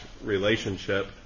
relationship